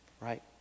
right